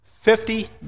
Fifty